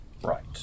Right